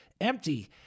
empty